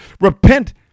repent